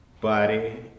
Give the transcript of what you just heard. body